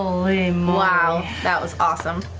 um wow, that was awesome.